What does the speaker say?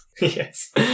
Yes